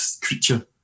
creature